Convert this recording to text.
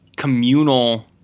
Communal